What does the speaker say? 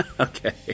Okay